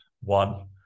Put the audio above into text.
one